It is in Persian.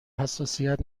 حساسیت